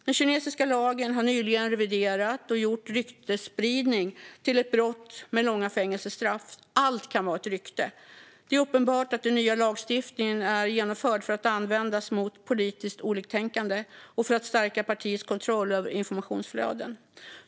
Den kinesiska lagen har nyligen reviderats och gjort ryktesspridning till ett brott med långa fängelsestraff. Allt kan vara ett rykte. Det är uppenbart att den nya lagstiftningen är genomförd för att användas mot politiskt oliktänkande och för att stärka partiets kontroll över informationsflöden.